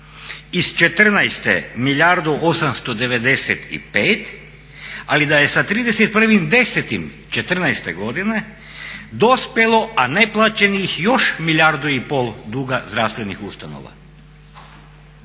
iz '14., milijardu 895 ali da je sa 31.10.'14.godine dospjelo a neplaćenih još milijardu i pol duga zdravstvenih ustanova.